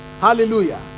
hallelujah